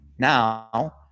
Now